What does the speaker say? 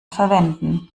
verwenden